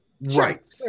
right